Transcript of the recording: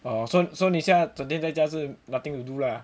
oh so so 你现在整天在家是 nothing to do lah